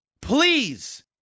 Please